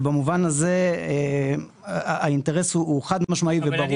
ובמובן הזה האינטרס הוא חד-משמעי וברור.